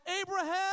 Abraham